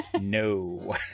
No